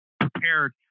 prepared